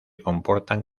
comportan